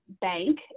bank